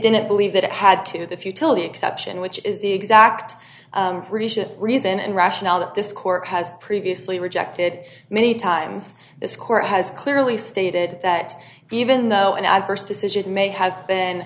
didn't believe that it had to the futility exception which is the exact reason and rationale that this court has previously rejected many times this court has clearly stated that even though and i st decisions may have been